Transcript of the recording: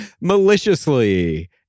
maliciously